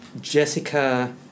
Jessica